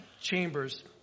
Chambers